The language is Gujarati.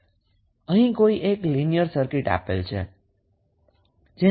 અહીં કોઈ એક લિનિયર સર્કિટ આપેલ છે